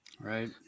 Right